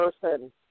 person